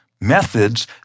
methods